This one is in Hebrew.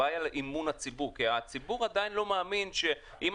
הבעיה היא אמון הציבור כי הציבור עדיין לא מאמין שאם